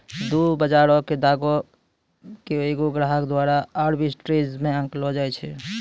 दु बजारो के दामो के एगो ग्राहको द्वारा आर्बिट्रेज मे आंकलो जाय छै